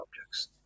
objects